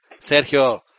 Sergio